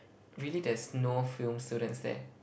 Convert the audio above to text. really there's no film students there